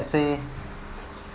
let's say